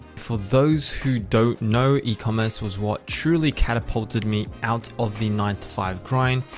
for those who don't know e-commerce was what truly catapulted me out of the nine to five grind.